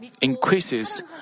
increases